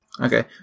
Okay